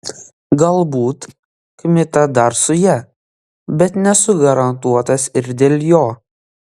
galbūt kmita dar su ja bet nesu garantuotas ir dėl jo